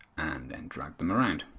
and then drag them around.